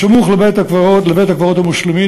בסמוך לבית-הקברות המוסלמי,